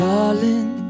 Darling